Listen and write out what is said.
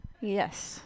Yes